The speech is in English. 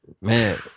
Man